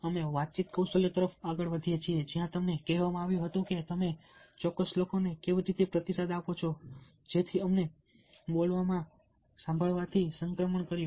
અમે વાતચીત કૌશલ્ય તરફ આગળ વધીએ છીએ જ્યાં તમને કહેવામાં આવ્યું હતું કે તમે ચોક્કસ લોકોને કેવી રીતે પ્રતિસાદ આપો છો જેથી અમે બોલવામાં સાંભળવાથી સંક્રમણ કર્યું